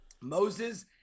Moses